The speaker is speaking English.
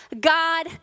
God